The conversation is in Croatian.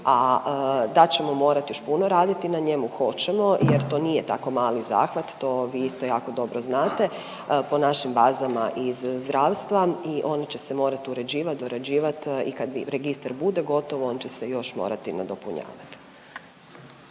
a da ćemo morati još puno raditi na njemu hoćemo jer to nije tako mali zahvat. To vi isto jako dobro znate po našim bazama iz zdravstva i one će se morat uređivat, dorađivat i kad registar bude gotov on će se još morati nadopunjavat.